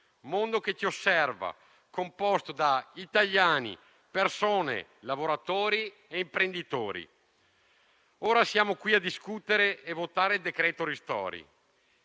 qui, che ci osserva, composto da italiani, persone, lavoratori e imprenditori. Ora siamo qui a discutere e votare il decreto ristori,